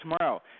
tomorrow